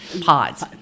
pods